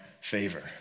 favor